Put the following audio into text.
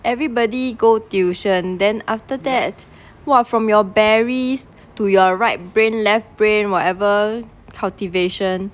everybody go tuition then after that !wah! from your berries to your right brain left brain whatever cultivation